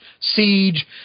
Siege